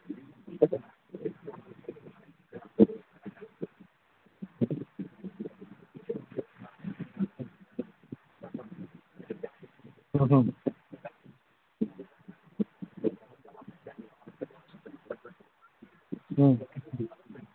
ꯎꯝ ꯎꯝ ꯎꯝ